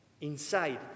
Inside